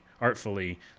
artfully